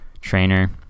trainer